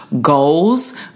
goals